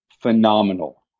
phenomenal